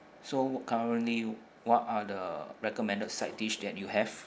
so currently what are the recommended side dish that you have